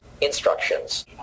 instructions